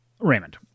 Raymond